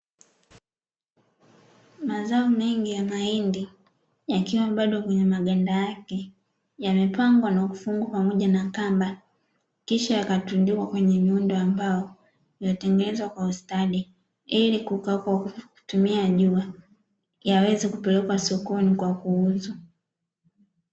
Mazao mengi ya mahindi yakiwa bado kwenye maganda yake, yamepangwa na kufungwa pamoja na kamba. Kisha yakatundikwa kwenye muundo wa mbao, iliyotengenezwa kwa ustadi ili kukaushwa kwa kutumia jua, yaweze kupelekwa sokoni kwa kuuzwa.